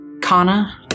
Kana